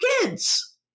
kids